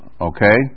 Okay